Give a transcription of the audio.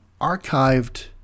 archived